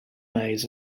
maze